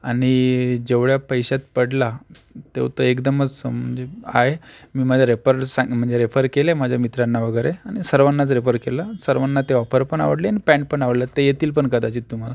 आणि जेवढ्या पैशात पडला तो तर एकदमच म्हणजे आहे मी माझ्या रेपर्स सांग म्हणजे रेफर केलं आहे माझ्या मित्रांना वगैरे आणि सर्वांनाच रेफर केलं सर्वाना ती ऑफर पण आवडली आणि पँट पण आवडलं ते येतील पण कदाचित तुम्हाला